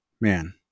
man